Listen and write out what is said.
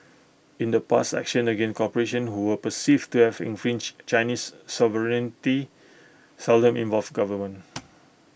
in the past actions against corporations who were perceived to have infringed Chinese sovereignty seldom involved government